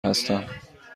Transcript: هستم